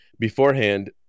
beforehand